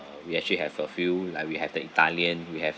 we actually have a few like we have the italian we have